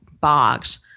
box